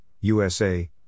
USA